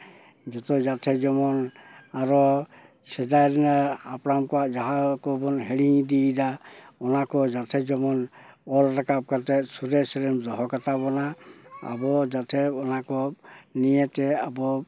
ᱡᱚᱛᱚ ᱡᱟᱛᱮ ᱡᱮᱢᱚᱱ ᱟᱨᱚ ᱥᱮᱫᱟᱭ ᱨᱮᱱᱟᱜ ᱦᱟᱯᱲᱟᱢ ᱠᱚᱣᱟᱜ ᱡᱟᱦᱟᱸ ᱠᱚᱵᱚᱱ ᱦᱤᱲᱤᱧ ᱤᱫᱤᱭᱮᱫᱟ ᱚᱱᱟ ᱠᱚ ᱡᱟᱛᱮ ᱡᱮᱢᱚᱱ ᱚᱞ ᱨᱟᱠᱟᱵ ᱠᱟᱛᱮ ᱥᱚᱨᱮᱥ ᱨᱮᱢ ᱫᱚᱦᱚ ᱠᱟᱛᱟ ᱵᱚᱱᱟ ᱟᱵᱚ ᱡᱟᱛᱮ ᱚᱱᱟ ᱠᱚ ᱱᱤᱭᱟᱹ ᱛᱮ ᱟᱵᱚ